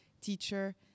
teacher